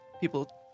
people